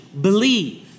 believe